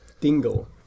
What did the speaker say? Dingle